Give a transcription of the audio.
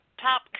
top